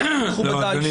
רגע, מכובדיי.